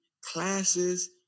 classes